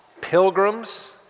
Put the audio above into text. pilgrims